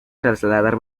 trasladar